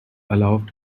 allowed